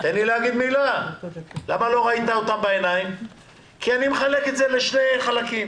אני מחלק את התשובה לשני חלקים: